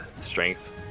strength